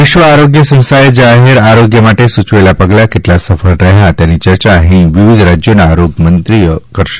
વિશ્વ આરોગ્ય સંસ્થાએ જાહેર આરોગ્ય માટે સુચવેલા પગલા કેટલા સફળ રહ્યા તેની ચર્ચા અહીં વિવિધ રાજ્યોના આરોગ્ય મંત્રી કરશે